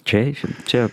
čia čia